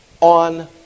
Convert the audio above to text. on